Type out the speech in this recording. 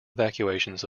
evacuations